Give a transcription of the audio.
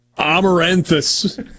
Amaranthus